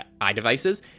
iDevices